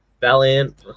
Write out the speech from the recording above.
Valiant